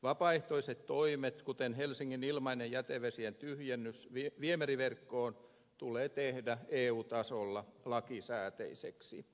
vapaaehtoiset toimet kuten helsingin ilmainen jätevesien tyhjennys viemäriverkkoon tulee tehdä eu tasolla lakisääteisiksi